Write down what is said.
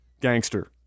gangster